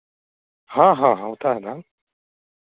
हाँ हाँ हाँ होता है ना